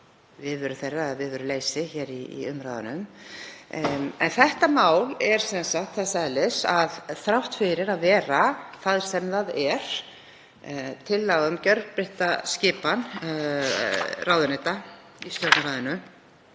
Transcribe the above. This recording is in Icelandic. viðveru þeirra eða viðveruleysi hér í umræðunum. Þetta mál er sem sagt þess eðlis að þrátt fyrir að vera það sem það er, tillaga um gjörbreytta skipan ráðuneyta í Stjórnarráðinu